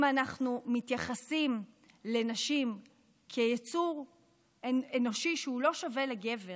אם אנחנו מתייחסים לנשים כיצור אנושי שהוא לא שווה לגבר